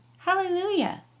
Hallelujah